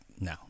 No